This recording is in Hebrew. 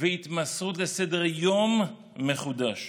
והתמסרות לסדר-יום מחודש.